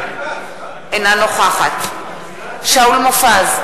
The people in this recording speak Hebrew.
אינה נוכחת שאול מופז,